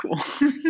Cool